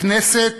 הכנסת